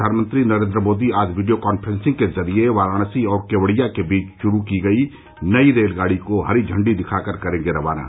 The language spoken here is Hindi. प्रधानमंत्री नरेन्द्र मोदी आज वीडियो कांफ्रेंसिंग के जरिये वाराणसी और केवड़िया के बीच शुरू की गई नई रेलगाड़ी को हरी झंडी दिखाकर करेंगे रवाना